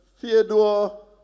Theodore